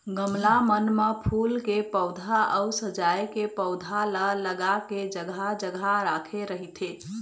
गमला मन म फूल के पउधा अउ सजाय के पउधा ल लगा के जघा जघा राखे रहिथे